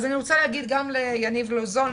אני רוצה להגיד גם ליניב לוזון,